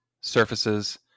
surfaces